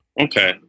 Okay